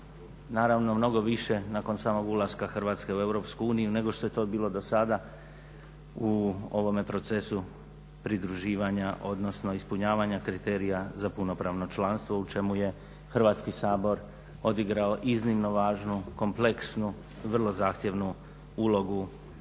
naravno mnogo više nakon samog ulaska Hrvatska u Europsku uniju nego što je to bilo do sada u ovome procesu pridruživanja, odnosno ispunjavanja kriterija za punopravno članstvo u čemu je Hrvatski sabor odigrao iznimno važnu, kompleksnu, vrlo zahtjevnu ulogu prilagodbe